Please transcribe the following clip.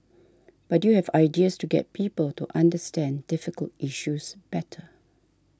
but you have ideas to get people to understand difficult issues better